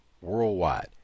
worldwide